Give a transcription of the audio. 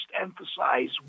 emphasize